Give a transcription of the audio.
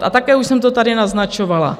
A také už jsem to tady naznačovala.